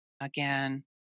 again